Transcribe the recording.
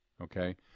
okay